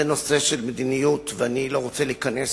זה נושא של מדיניות ואני לא רוצה להיכנס